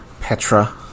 Petra